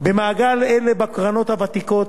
במעגל אלה, בקרנות הוותיקות,